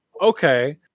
okay